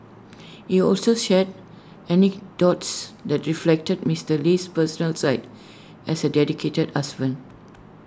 he also shared anecdotes that reflected Mister Lee's personal side as A dedicated husband